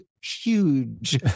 huge